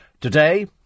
today